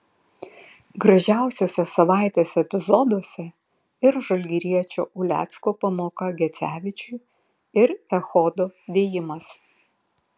gražiausiuose savaitės epizoduose ir žalgiriečio ulecko pamoka gecevičiui ir echodo dėjimas